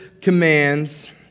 commands